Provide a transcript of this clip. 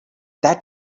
that